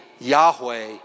Yahweh